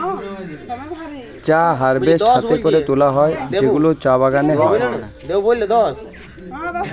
চা হারভেস্ট হাতে করে তোলা হয় যেগুলো চা বাগানে হয়